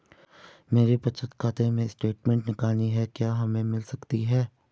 मेरे बचत खाते से स्टेटमेंट निकालनी है क्या हमें मिल सकती है?